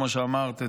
כמו שאמרת,